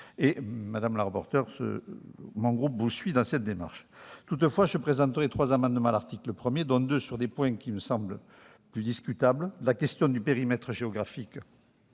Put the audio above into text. Madame le rapporteur, mon groupe vous suit dans cette démarche. Toutefois, je présenterai trois amendements à l'article 1, dont deux portant sur des points qui me semblent plus discutables : la question du périmètre géographique